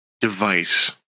device